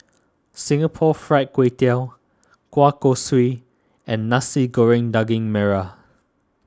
Singapore Fried Kway Tiao Kueh Kosui and Nasi Goreng Daging Merah